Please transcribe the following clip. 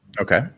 Okay